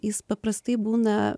jis paprastai būna